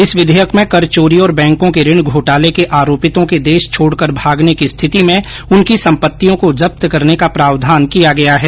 इस विघेयक में कर चोरी और बैंकों के ऋण घोटाले के आरोपियों के देश छोड़कर भागने की स्थिति में उनकी सम्पतियों को जब्त करने का प्रावधान किया गया है